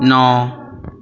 ਨੌਂ